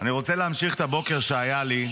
אני רוצה להמשיך את הבוקר שהיה לי.